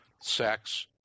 Sex